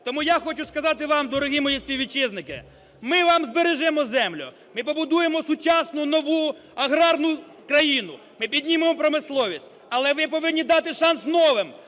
Тому я хочу сказати вам, дорогі мої співвітчизники, ми вам збережемо землю, ми побудуємо сучасну нову аграрну країну, ми піднімемо промисловість. Але ви повинні дати шанс новим,